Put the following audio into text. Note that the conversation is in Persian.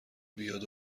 بیاد